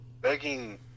begging